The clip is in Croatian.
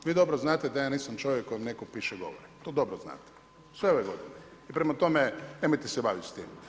Vi dobro znate da ja nisam čovjek kojem neko piše govore, to dobro znate sve ove godine, prema tome nemojte se vaditi s tim.